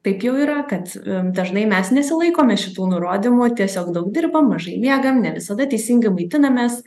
taip jau yra kad dažnai mes nesilaikome šitų nurodymų tiesiog daug dirbam mažai miegam ne visada teisingai maitinamės